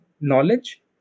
knowledge